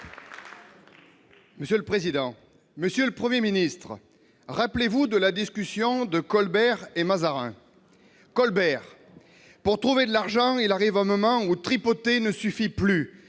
Républicains. Monsieur le Premier ministre, rappelez-vous la fameuse discussion entre Colbert et Mazarin : Colbert. -Pour trouver de l'argent, il arrive un moment où tripoter ne suffit plus.